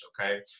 Okay